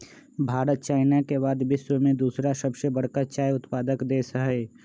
Bharat China के बाद विश्व में दूसरा सबसे बड़का चाय उत्पादक देश हई